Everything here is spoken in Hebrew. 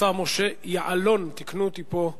השר משה יַעֲ‏לוֹ‏ן, תיקנו אותי פה.